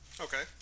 Okay